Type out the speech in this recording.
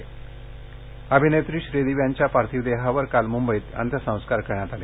अंत्यसंस्कार अभिनेत्री श्रीदेवी यांच्या पार्थिव देहावर काल मुंबईत अंत्यसंस्कार करण्यात आले